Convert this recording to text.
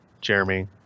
Jeremy